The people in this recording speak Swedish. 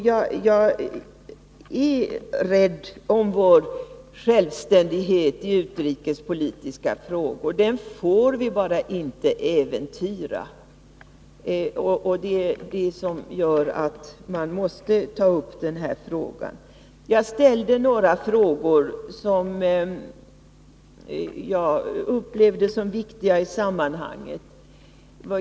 Jag är rädd om vår självständighet i utrikespolitiska frågor. Den får vi bara inte äventyra. Det är detta som gör att jag måste ta upp denna fråga. Jag ställde några frågor som jag upplevde som viktiga.